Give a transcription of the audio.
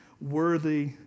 worthy